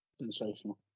Sensational